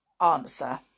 answer